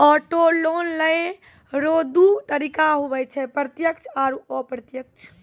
auto loan लेय रो दू तरीका हुवै छै प्रत्यक्ष आरू अप्रत्यक्ष